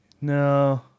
No